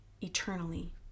eternally